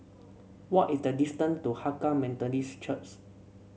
what is the distance to Hakka Methodist Church